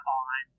on